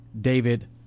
david